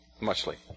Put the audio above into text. muchly